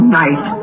night